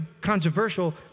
controversial